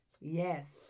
yes